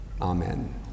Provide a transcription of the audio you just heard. Amen